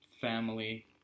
Family